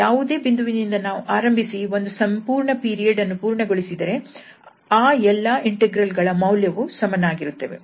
ಯಾವುದೇ ಬಿಂದುವಿನಿಂದ ನಾವು ಆರಂಭಿಸಿ ಒಂದು ಸಂಪೂರ್ಣ ಪೀರಿಯಡ್ ಅನ್ನು ಪೂರ್ಣಗೊಳಿಸಿದರೆ ಆ ಎಲ್ಲಾ ಇಂಟೆಗ್ರಲ್ ಗಳ ಮೌಲ್ಯ ಗಳು ಸಮನಾಗಿರುತ್ತವೆ